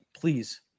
please